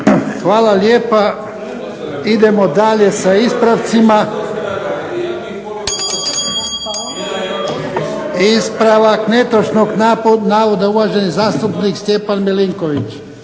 Hvala lijepa. Idemo dalje sa ispravcima. Ispravak netočnog navoda, uvaženi zastupnik Stjepan Milinković.